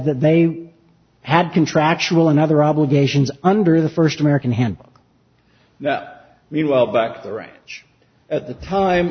they had contractual and other obligations under the first american hand meanwhile back at the